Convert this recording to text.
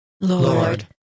Lord